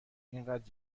اینقدر